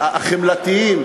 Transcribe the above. החמלתיים,